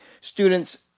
students